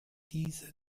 diese